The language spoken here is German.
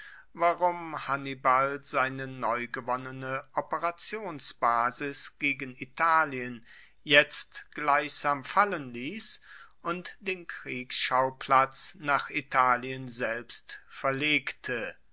warum hannibal seine neugewonnene operationsbasis gegen italien jetzt gleichsam fallen liess und den kriegsschauplatz nach italien selbst verlegte